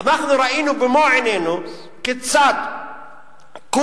אנחנו ראינו במו עינינו כיצד כור